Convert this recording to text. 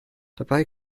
dabei